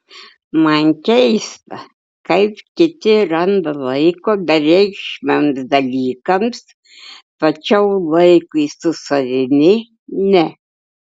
man keista kaip kiti randa laiko bereikšmiams dalykams tačiau laikui su savimi ne